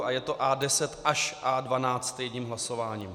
A je to A10 až A12 jedním hlasováním.